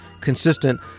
consistent